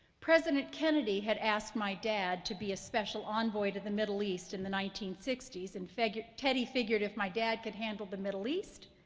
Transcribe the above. president kennedy had asked my dad to be a special envoy to the middle east in the nineteen sixty s, and teddy figured if my dad could handle the middle east,